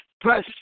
Press